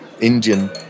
Indian